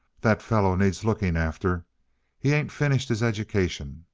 that fellow needs looking after he ain't finished his education.